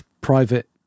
private